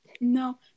No